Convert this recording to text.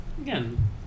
again